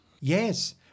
Yes